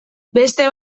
beste